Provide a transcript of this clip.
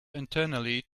internally